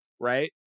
right